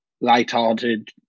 lighthearted